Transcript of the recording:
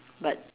but